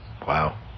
Wow